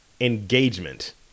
Engagement